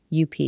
UP